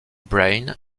braine